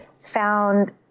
found